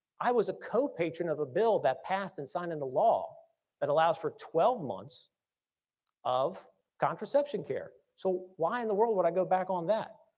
i was a co-patron of a bill that passed and signed into law that allows for twelve months of contraception care. so why in the world would i go back on that.